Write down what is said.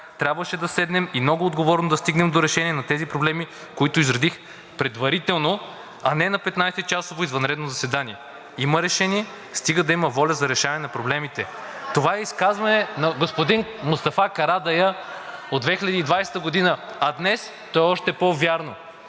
трябваше да седнем и много отговорно да стигнем до решение на тези проблеми, които изредих предварително, а не на 15-часово извънредно заседание. Има решение, стига да има воля за решаване на проблемите. Това е изказване на господин Мустафа Карадайъ от 2020 г., а днес е още по-вярно.